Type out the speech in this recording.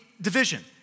division